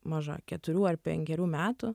maža keturių ar penkerių metų